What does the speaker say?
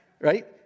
right